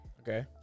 okay